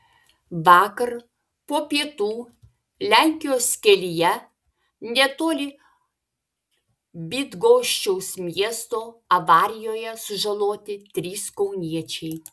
vakar po pietų lenkijos kelyje netoli bydgoščiaus miesto avarijoje sužaloti trys kauniečiai